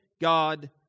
God